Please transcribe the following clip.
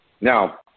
Now